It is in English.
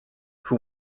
who